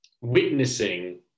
witnessing